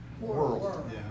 World